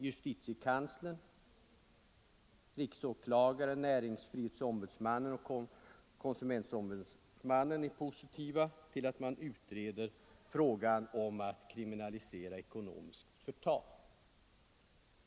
Justitiekanslern, riksåklagaren, näringsfrihetsombudsmannen och konsumentombudsmannen är positiva till att man utreder frågan om att kriminalisera ekonomiskt förtal.